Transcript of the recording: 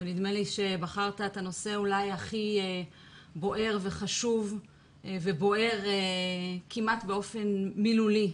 נדמה לי שבחרת את הנושא אולי הכי בוער וחשוב ובוער כמעט באופן מילולי,